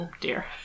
dear